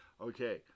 Okay